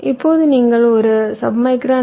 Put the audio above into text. இப்போது நீங்கள் ஒரு சப்மைக்ரான் வி